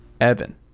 evan